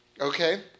Okay